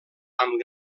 amb